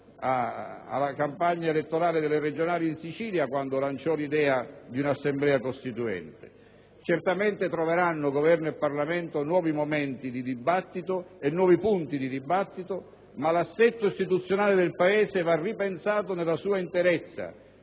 la campagna elettorale delle regionali in Sicilia lanciò l'idea di un'Assemblea costituente. Certamente Governo e Parlamento troveranno nuovi momenti e nuovi argomenti di dibattito, ma l'assetto istituzionale del Paese va ripensato nella sua interezza,